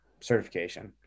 certification